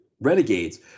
Renegades